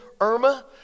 Irma